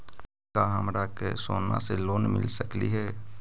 का हमरा के सोना से लोन मिल सकली हे?